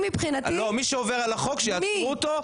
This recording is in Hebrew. מי שעובר על החוק שיעצרו אותו,